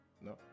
No